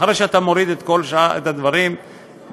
אחרי שאתה מוריד את הדברים האלה,